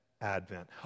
Advent